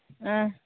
ꯎꯝ